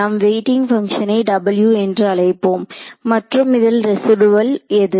நாம் வெயிட்டிங் பங்க்ஷனை w என்று அழைப்போம் மற்றும் இதில் ரெசிடியூவள் எது